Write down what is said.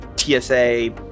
TSA